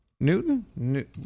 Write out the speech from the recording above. Newton